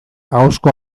ahozko